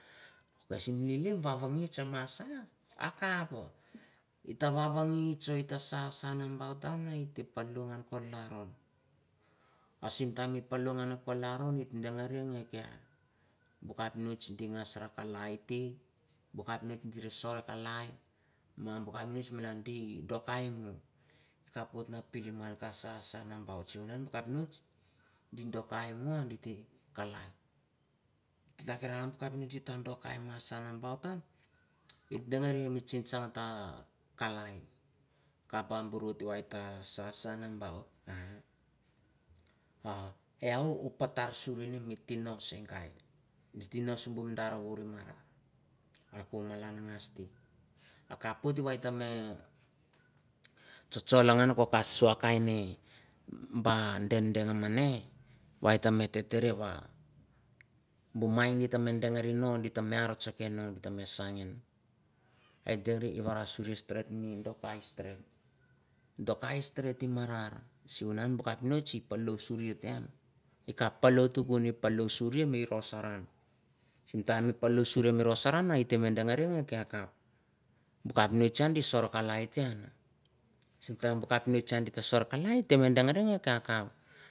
Ok simi lili vavangits ma sa akapa i ta vavangits o ita sa sa nambaut an ite palo ngan ko lalron. A sim taim e palo ngan ko lalron it dengari nge kea bu kapinots di ngas ra kalai te bu kapinots di ta sor kalai, ma bu kapinots malana di do kai mu. e kapoit na pilim ngan ka sa sa nambaut, sivunan bu kapinots di do kai mu a di te kalai. it hakiran bu kapinots di ta do kai ma sa nambaut an, it dengari mi tsingtsang ta kalai, akap ba bur oit na sa sa namaut a e iau u patar suri ni mi tino se gai. mi tino se gai, mi tino simbu madar vour i marmar. ako malan ngas te e kapoit va et me tsotsol ngan ke ko sua kaine ba dengdeng mene va e te me te tere va bu mai di ta me dengari no di te me ar tseke no. di ta me sa ngen nom et deri i varasuri mi dodo kai stret. do kai stret i marar, sivunan bu kapinots i palo suri te an, i kap palo tukon, e palo suri mi rosar an. Sim taim i palo suri mi rosar an it te e me dengaria nge kap bu kapinots an di sor kalai te an. Sim taim bu kapinots an di ta sor kalai it te me dengari nge kea kap.